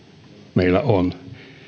meillä on